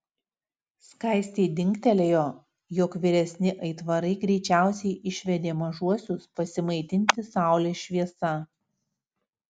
skaistei dingtelėjo jog vyresni aitvarai greičiausiai išvedė mažuosius pasimaitinti saulės šviesa